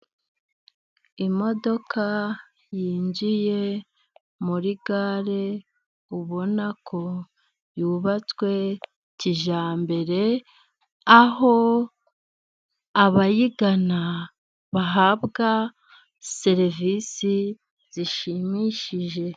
Imodoka yinjiye muri gare ubona ko yubatswe kijyambere, aho abayigana bahabwa serivisi zishimishije.